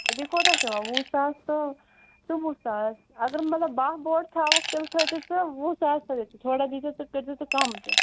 اَدٕ یہِ کوتاہ چھُ یِوان وُہ ساس تہٕ ژوٚوُہ ساس اَگر مطلب باہ بوٹ تھاوَہوکھ تیٚلہِ تھٲوِزِ ژٕ وُہ ساس رۄپیہِ تھوڑا دیٖزِ کٔرۍزٮ۪کھ ژٕ کَم تہِ